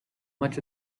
much